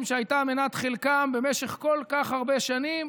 שהייתה מנת חלקם במשך כל כך הרבה שנים.